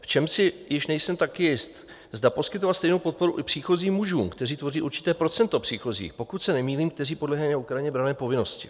V čem si již nejsem tak jist, zda poskytovat stejnou podporu i příchozím mužům, kteří tvoří určité procento příchozích, pokud se nemýlím, kteří podléhají na Ukrajině branné povinnosti.